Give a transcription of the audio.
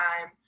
time